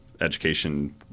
education